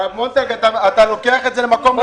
הרב מונטג, אתה לוקח את זה למקום לא נכון.